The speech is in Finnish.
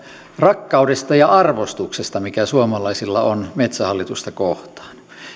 rakkaudesta ja arvostuksesta mikä suomalaisilla on metsähallitusta kohtaan